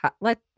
Let